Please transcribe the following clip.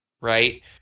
right